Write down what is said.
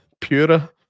Pura